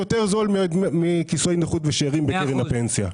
יותר זול מכיסוי נכות ושארים בקרן הפנסיה.